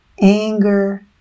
anger